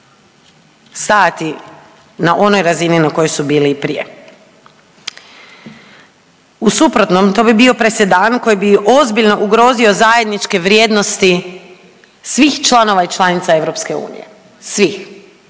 stajati na onoj razini na kojoj su bili i prije. U suprotnom to bi bio presedan koji bi ozbiljno ugrozio zajedničke vrijednosti svih članova i članica Europske